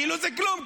כאילו זה כלום,